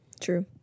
True